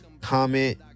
comment